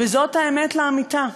וזאת האמת לאמיתה.